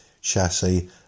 chassis